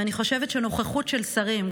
ואני חושבת שנוכחות של שרים,